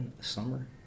summer